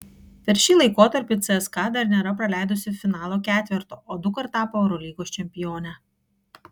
per šį laikotarpį cska dar nėra praleidusi finalo ketverto o dukart tapo eurolygos čempione